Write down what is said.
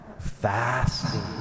fasting